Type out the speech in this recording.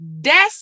Des